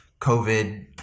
COVID